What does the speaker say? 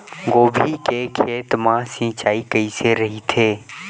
गोभी के खेत मा सिंचाई कइसे रहिथे?